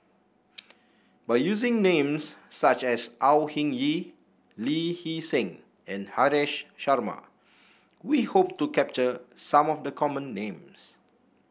by using names such as Au Hing Yee Lee Hee Seng and Haresh Sharma we hope to capture some of the common names